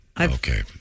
Okay